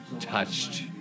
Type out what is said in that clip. touched